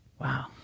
Wow